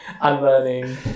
unlearning